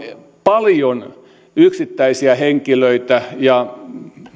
paljon yksittäisiä henkilöitä